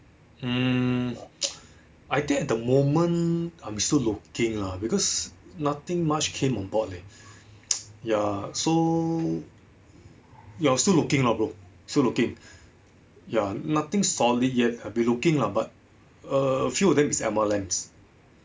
um I think at the moment I'm still looking lah because nothing much came on about leh ya so still looking lah bro still looking yor nothing solid yet I've been looking lah but err a few of them is emma lambs